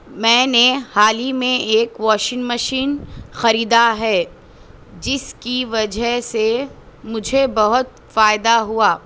میں نے حال ہی میں ایک واشنگ مشین خریدا ہے جس کی وجہ سے مجھے بہت فائدہ ہوا